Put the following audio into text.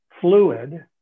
fluid